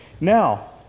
Now